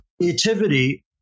creativity